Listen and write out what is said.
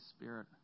Spirit